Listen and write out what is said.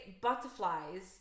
butterflies